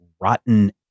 rotten